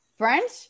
French